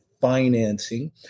financing